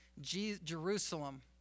Jerusalem